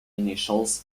initials